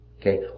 Okay